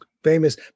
famous